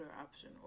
option